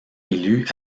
élue